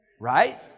right